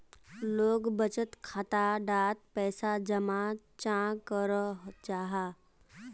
लोग बचत खाता डात पैसा जमा चाँ करो जाहा?